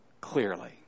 clearly